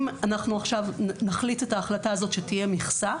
אם אנחנו עכשיו נחליט את ההחלטה הזאת שתהיה מכסה,